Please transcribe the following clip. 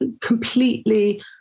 completely